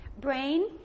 brain